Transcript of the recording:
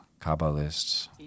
kabbalists